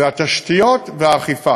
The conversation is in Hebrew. היא התשתיות והאכיפה.